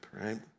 Right